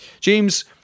James